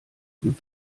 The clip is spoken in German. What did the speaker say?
dem